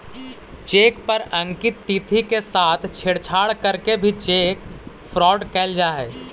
cheque पर अंकित तिथि के साथ छेड़छाड़ करके भी चेक फ्रॉड कैल जा हइ